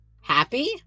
happy